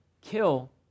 kill